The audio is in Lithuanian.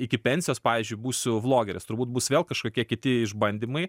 iki pensijos pavyzdžiui būsiu vlogeris turbūt bus vėl kažkokie kiti išbandymai